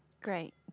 Great